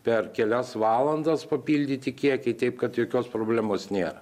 per kelias valandas papildyti kiekiai taip kad jokios problemos nėra